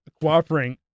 cooperating